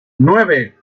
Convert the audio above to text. nueve